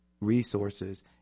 resources